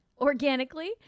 organically